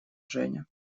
женя